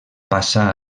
passà